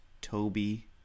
Toby